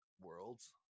worlds